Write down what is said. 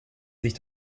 sich